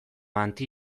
anti